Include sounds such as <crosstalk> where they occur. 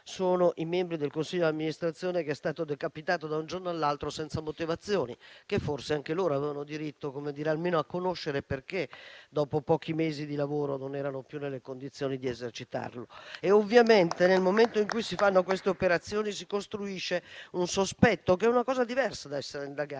sono i membri del consiglio di amministrazione, che è stato decapitato da un giorno all'altro senza motivazioni: forse, anche loro avevano diritto almeno di conoscere perché, dopo pochi mesi di lavoro, non erano più nelle condizioni di svolgerlo. <applause> Ovviamente, nel momento in cui si fanno queste operazioni, si costruisce un sospetto, che è una cosa diversa dall'essere indagati.